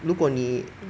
如果你